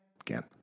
Again